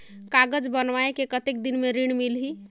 कागज बनवाय के कतेक दिन मे ऋण मिलही?